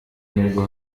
nubwo